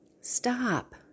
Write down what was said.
stop